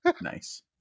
Nice